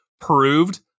proved